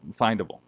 findable